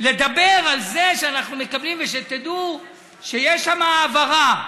לדבר על זה שאנחנו מקבלים, ושתדעו שיש שם העברה